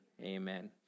amen